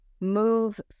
move